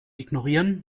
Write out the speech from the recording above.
ignorieren